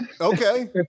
Okay